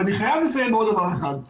אבל אני חייב לסיים עם עוד דבר אחד.